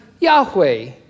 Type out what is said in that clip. Yahweh